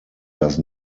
does